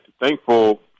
thankful